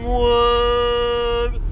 word